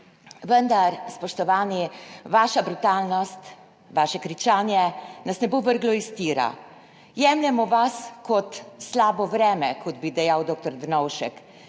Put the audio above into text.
Vendar, spoštovani, vaša brutalnost, vaše kričanje nas ne bo vrglo iz tira. Jemljemo vas kot slabo vreme, kot bi dejal doktor Drnovšek.